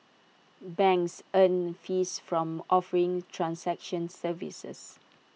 banks earn fees from offering transaction services